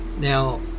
Now